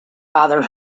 bother